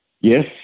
Yes